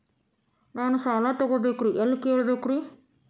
ನಾನು ಸಾಲ ತೊಗೋಬೇಕ್ರಿ ಎಲ್ಲ ಕೇಳಬೇಕ್ರಿ?